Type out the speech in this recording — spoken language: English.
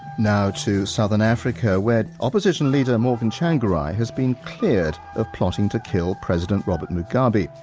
now to southern africa where opposition leader morgan tsvangirai has been cleared of plotting to kill president robert mugabe.